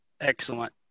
excellent